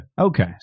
Okay